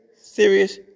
serious